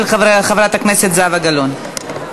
של חברת הכנסת זהבה גלאון.